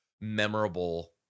memorable